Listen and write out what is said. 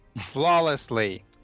Flawlessly